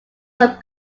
some